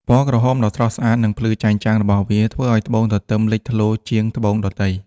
ពណ៌ក្រហមដ៏ស្រស់ស្អាត និងភ្លឺចែងចាំងរបស់វា ធ្វើឲ្យត្បូងទទឹមលេចធ្លោជាងត្បូងដទៃ។